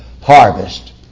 harvest